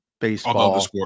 baseball